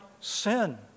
sin